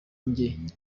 njye